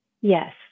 Yes